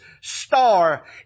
star